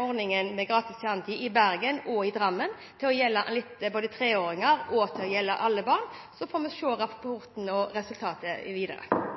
ordningen med gratis kjernetid i Bergen og i Drammen til å gjelde treåringer og til å gjelde alle barn. Så får vi se på rapporten og resultatet videre.